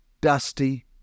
dusty